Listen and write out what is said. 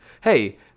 Hey